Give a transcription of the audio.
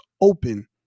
open